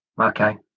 okay